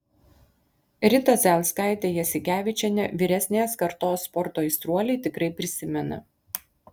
ritą zailskaitę jasikevičienę vyresnės kartos sporto aistruoliai tikrai prisimena